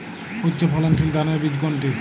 উচ্চ ফলনশীল ধানের বীজ কোনটি?